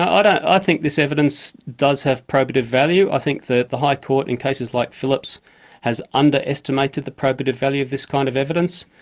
ah and i think this evidence does have probative value, i think the the high court in cases like phillips' has underestimated the probative value of this kind of evidence,